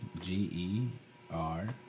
g-e-r